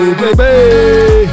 baby